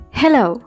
Hello